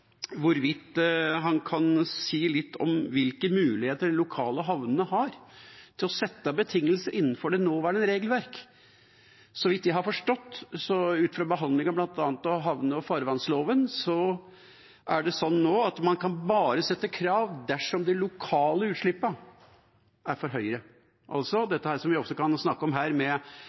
han kan si litt om hvilke muligheter de lokale havnene har til å sette betingelser innenfor det nåværende regelverket. Så vidt jeg har forstått, ut fra behandlingen bl.a. av havne- og farvannsloven, er det nå sånn at man bare kan sette krav dersom de lokale utslippene er for høye, altså noe av det samme som vi ofte kan snakke om her